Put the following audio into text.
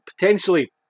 potentially